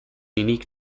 unique